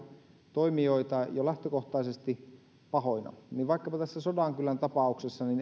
toimijoita jo lähtökohtaisesti pahoina niin eihän vaikkapa tässä sodankylän tapauksessa